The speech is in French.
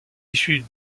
issu